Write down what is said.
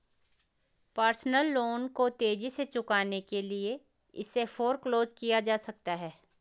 personal loan को तेजी से चुकाने के लिए इसे फोरक्लोज किया जा सकता है